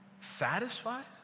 satisfied